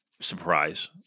surprise